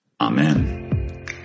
Amen